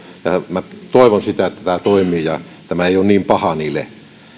ja toivon että tämä toimii ja tämä ei ole niin paha niille